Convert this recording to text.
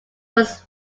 was